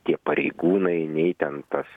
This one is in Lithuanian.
tie pareigūnai ne ten tas